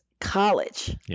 college